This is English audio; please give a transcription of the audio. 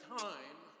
time